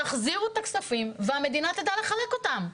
תחזירו את הכספים, והמדינה תדע לחלק אותם.